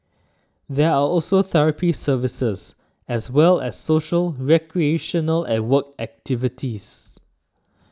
there are also therapy services as well as social recreational and work activities